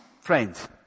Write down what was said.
friends